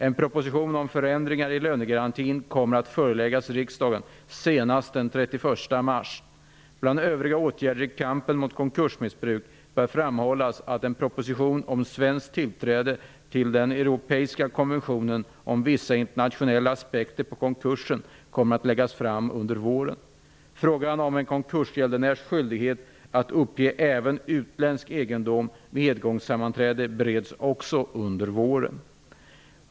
En proposition om förändringar i lönegarantin kommer att föreläggas riksdagen senast den 31 Bland övriga åtgärder i kampen mot konkursmissbruk bör framhållas att en proposition om svenskt tillträde till den europeiska konventionen om vissa internationella aspekter på konkurser kommer att läggas fram under våren. Också frågan om en konkursgäldenärs skyldighet att vid edgångssammanträde uppge även utländsk egendom bereds under våren.